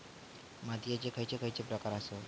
मातीयेचे खैचे खैचे प्रकार आसत?